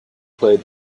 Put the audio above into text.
played